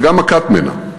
וגם מכת מנע,